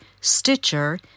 Stitcher